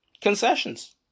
concessions